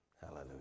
Hallelujah